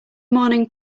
morning